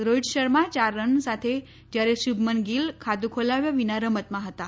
રોહિત શર્મા યાર રન સાથે જ્યારે શુભમન ગીલ ખાતુ ખોલાવ્યા વિના રમતમાં હતાં